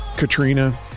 Katrina